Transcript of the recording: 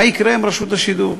מה יקרה עם רשות השידור.